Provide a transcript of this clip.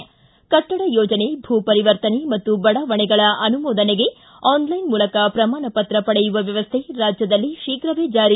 ು ಕಟ್ಟಡ ಯೋಜನೆ ಭೂ ಪರಿವರ್ತನೆ ಮತ್ತು ಬಡಾವಣೆಗಳ ಆನುಮೋದನೆಗೆ ಆನ್ಲೈನ್ ಮೂಲಕ ಪ್ರಮಾಣಪತ್ರ ಪಡೆಯುವ ವ್ಯವಸ್ಥೆ ರಾಜ್ಕದಲ್ಲಿ ಶೀಘ್ರದಲ್ಲೇ ಜಾರಿ